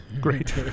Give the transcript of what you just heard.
great